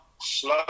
Slow